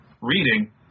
reading